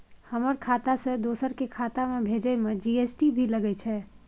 हमर खाता से दोसर के खाता में भेजै में जी.एस.टी भी लगैछे?